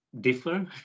differ